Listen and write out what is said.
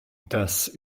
das